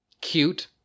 cute